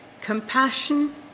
compassion